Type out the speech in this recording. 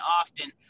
often